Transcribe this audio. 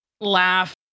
laugh